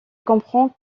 comprends